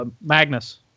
Magnus